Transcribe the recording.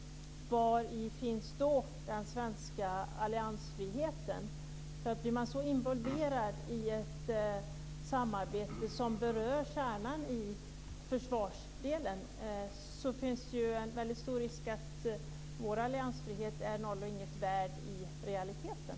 Var finns då den svenska alliansfriheten? Blir man så involverad i ett samarbete som berör kärnan i försvarsdelen finns det en stor risk att Sveriges alliansfrihet är noll och intet värd i realiteten.